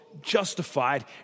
justified